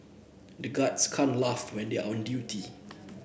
the guards can't laugh when they are on duty